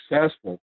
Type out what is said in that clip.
successful